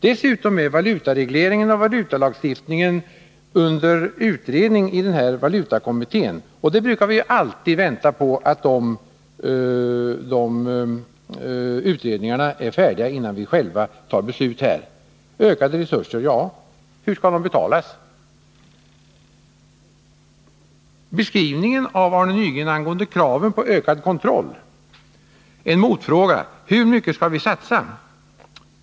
Dessutom är valutaregleringen och valutalagstiftningen under utredning i valutakommittén, och vi brukar ju alltid vänta på att utredningar blir färdiga, innan vi själva fattar beslut. Ökade resurser — ja, hur skall de betalas? Efter Arne Nygrens beskrivning angående kraven på ökad kontroll vill jag ställa några motfrågor: Hur mycket skall vi satsa?